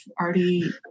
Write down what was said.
already